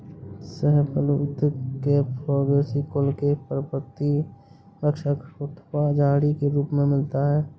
शाहबलूत फैगेसी कुल के पर्णपाती वृक्ष अथवा झाड़ी के रूप में मिलता है